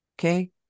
okay